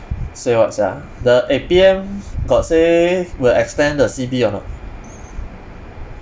say what sia the eh P_M got say will extend the C_B or not